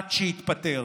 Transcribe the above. עד שיתפטר.